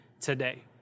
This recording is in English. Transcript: today